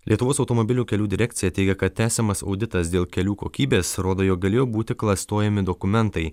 lietuvos automobilių kelių direkcija teigia kad tęsiamas auditas dėl kelių kokybės rodo jog galėjo būti klastojami dokumentai